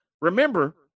Remember